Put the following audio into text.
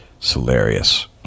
Hilarious